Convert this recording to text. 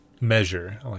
measure